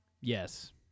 Yes